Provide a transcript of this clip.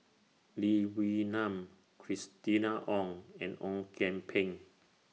Lee Wee Nam Christina Ong and Ong Kian Peng